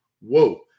Whoa